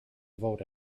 vote